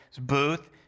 booth